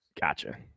Gotcha